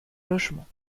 logements